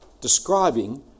describing